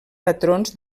patrons